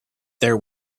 there